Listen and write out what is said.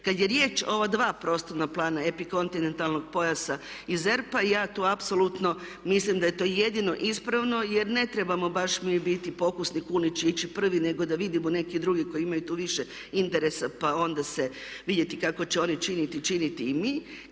Kada je riječ o ova dva prostorna plana epikontinentalnog pojasa i ZERP-a, ja tu apsolutno mislim da je to jedino ispravno jer ne trebamo baš mi biti pokusni kunići i ići prvi nego da vidimo neke druge koji imaju tu više interesa pa onda vidjeti kako će oni činiti, činiti i mi.